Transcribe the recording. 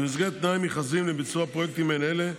במסגרת תנאי המכרזים לביצוע פרויקטים מעין אלה,